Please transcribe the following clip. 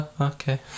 okay